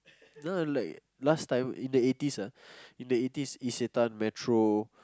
uh like last time in the eighty's ah in the eighty's Isetan Metro